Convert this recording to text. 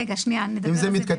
איך נכבד?